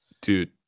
dude